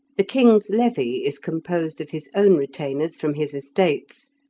the king's levy is composed of his own retainers from his estates,